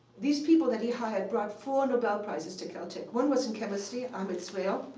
these people that he hired brought four nobel prizes to caltech. one was in chemistry, ahmed zewail,